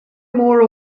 more